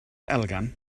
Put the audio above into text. elgan